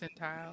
percentile